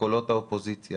בקולות האופוזיציה